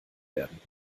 werden